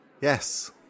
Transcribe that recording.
Yes